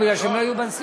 כי הם לא היו בנשיאות.